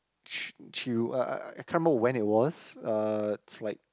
ch~ chew I I I can't remember when it was uh it's like